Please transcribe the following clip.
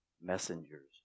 messengers